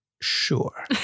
Sure